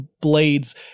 blades